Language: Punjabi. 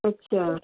ਅੱਛਾ